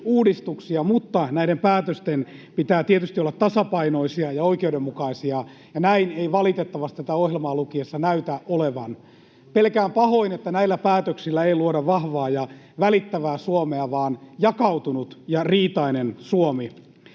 työmarkkinauudistuksia, mutta näiden päätösten pitää tietysti olla tasapainoisia ja oikeudenmukaisia, ja näin ei valitettavasti tätä ohjelmaa lukiessa näytä olevan. Pelkään pahoin, että näillä päätöksillä ei luoda vahvaa ja välittävää Suomea vaan jakautunut ja riitainen Suomi.